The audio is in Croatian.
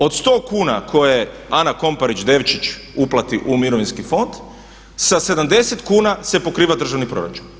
Od 100 kuna koja Ana Komparić Devčić uplati u mirovinski fond sa 70 kuna se pokriva državni proračun.